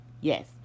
Yes